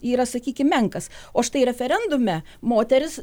yra sakykim menkas o štai referendume moteris